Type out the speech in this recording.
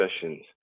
sessions